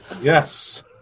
Yes